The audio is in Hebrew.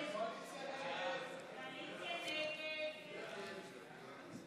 שאתם נכנסים מתחת לאלונקה.